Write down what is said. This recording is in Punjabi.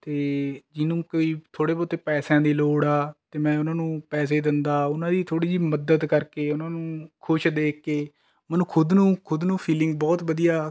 ਅਤੇ ਜਿਹਨੂੰ ਕੋਈ ਥੋੜ੍ਹੇ ਬਹੁਤੇ ਪੈਸਿਆਂ ਦੀ ਲੋੜ ਹੈ ਅਤੇ ਮੈਂ ਉਨ੍ਹਾਂ ਨੂੁੰ ਪੈਸੇ ਦਿੰਦਾ ਉਨ੍ਹਾਂ ਦੀ ਥੋੜ੍ਹੀ ਜਿਹੀ ਮਦਦ ਕਰਕੇ ਉਨ੍ਹਾਂ ਨੂੰ ਖੁਸ਼ ਦੇਖ ਕੇ ਮੈਨੂੰ ਖੁਦ ਨੂੰ ਖੁਦ ਨੂੰ ਫੀਲਿੰਗ ਬਹੁਤ ਵਧੀਆ